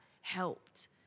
helped